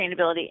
sustainability